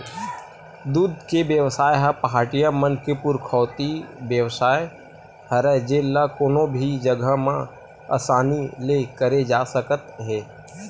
दूद के बेवसाय ह पहाटिया मन के पुरखौती बेवसाय हरय जेन ल कोनो भी जघा म असानी ले करे जा सकत हे